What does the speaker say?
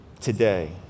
today